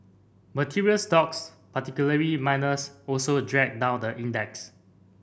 material stocks particularly miners also dragged down the index